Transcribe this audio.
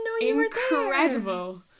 incredible